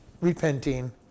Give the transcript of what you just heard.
repenting